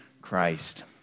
Christ